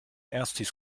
erstis